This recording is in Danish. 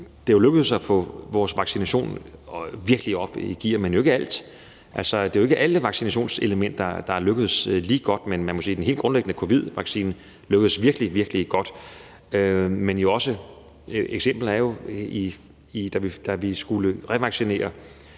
det er lykkedes at få vores vaccination virkelig op i gear, men det er jo ikke i forhold til alt – altså, det er jo ikke alle vaccinationselementer, der er lykkedes lige godt. Man må sige, at den helt grundlæggende covidvaccine lykkedes virkelig, virkelig godt, men da vi skulle revaccinere,